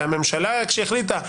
והממשלה כשהיא החליטה,